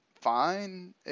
fine